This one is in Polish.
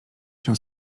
się